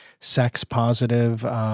sex-positive